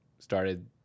started